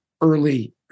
early